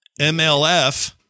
MLF